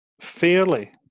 fairly